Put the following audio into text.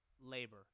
labor